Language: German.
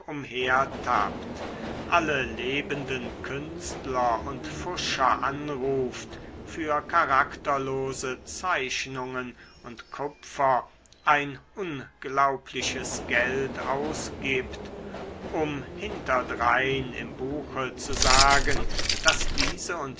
alle lebenden künstler und pfuscher anruft für charakterlose zeichnungen und kupfer ein unglaubliches geld ausgibt um hinterdrein im buche zu sagen daß diese